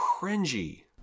cringy